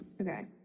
Okay